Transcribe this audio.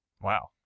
Wow